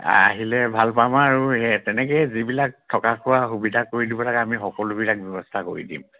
আহিলে ভাল পাম আৰু তেনেকেই যিবিলাক থকা খোৱা সুবিধা কৰি দিব লাগে আমি সকলোবিলাক ব্যৱস্থা কৰি দিম